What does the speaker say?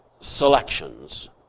selections